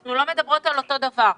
אנחנו לא מדברים על אותו הדבר.